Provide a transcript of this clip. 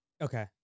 Okay